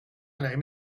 name